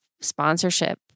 sponsorship